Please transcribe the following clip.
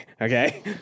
okay